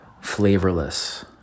flavorless